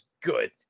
good